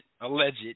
alleged